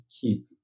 keep